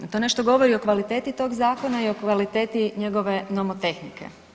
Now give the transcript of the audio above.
To nešto govori o kvaliteti tog zakona i kvaliteti njegove nomotehnike.